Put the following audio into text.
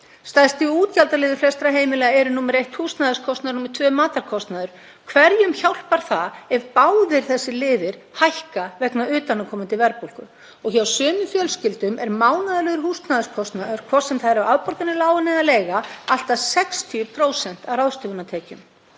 Stærsti útgjaldaliður flestra heimila er í fyrsta lagi húsnæðiskostnaður og í öðru lagi matarkostnaður. Hverjum hjálpar það ef báðir þessir liðir hækka vegna utanaðkomandi verðbólgu? Hjá sumum fjölskyldum er mánaðarlegur húsnæðiskostnaður, hvort sem það eru afborganir lána eða leiga, allt að 60% af ráðstöfunartekjum.